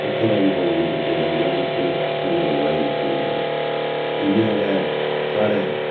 उत्थुं दा बी फुल्ल नी चुक्के जंदे हैन ओह् उत्थें गै प्रवाही दित्ते जंदे न इ'यां गै साढ़ै